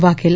Vaghela